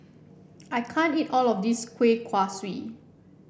I can't eat all of this Kueh Kaswi